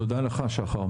תודה לך, שחר.